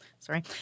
Sorry